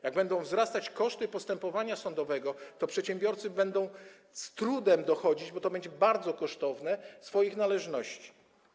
Jak będą wzrastać koszty postępowania sądowego, to przedsiębiorcy będą z trudem dochodzić, bo to będzie bardzo kosztowne, swoich należności.